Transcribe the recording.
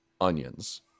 onions